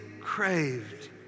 craved